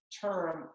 term